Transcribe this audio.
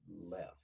left